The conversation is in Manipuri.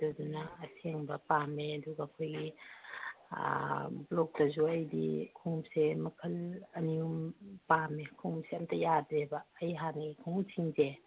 ꯑꯗꯨꯗꯨꯅ ꯑꯁꯦꯡꯕ ꯄꯥꯝꯃꯦ ꯑꯗꯨꯒ ꯑꯩꯈꯣꯏꯒꯤ ꯕ꯭ꯂꯣꯛꯇꯁꯨ ꯑꯩꯗꯤ ꯈꯣꯡꯎꯞꯁꯦ ꯃꯈꯜ ꯑꯅꯤꯍꯨꯝ ꯄꯥꯝꯃꯦ ꯈꯣꯡꯎꯞꯁꯦ ꯑꯝꯇ ꯌꯥꯗ꯭ꯔꯦꯕ ꯑꯩ ꯍꯥꯟꯅꯒꯤ ꯈꯣꯡꯎꯞꯁꯤꯡꯁꯦ